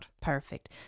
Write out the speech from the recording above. Perfect